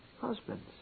husbands